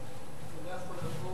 זה לא יכול לבוא